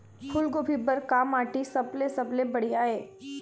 फूलगोभी बर का माटी सबले सबले बढ़िया ये?